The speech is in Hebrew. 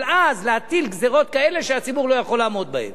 אבל אז להטיל גזירות כאלה שהציבור לא יכול לעמוד בהן,